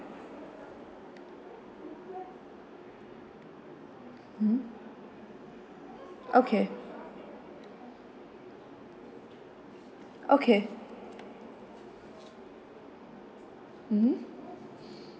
mmhmm okay okay mmhmm